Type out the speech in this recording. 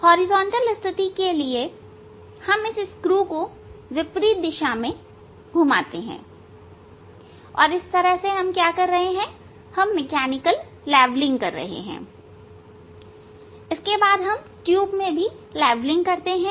horizontal स्थिति के लिए हम इस स्क्रू को विपरीत दिशा में घुमाते हैं हम इस तरह मैकेनिकल लेवलिंग करते हैं और फिर ट्यूब में भी लेवलिंग करते हैं